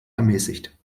ermäßigt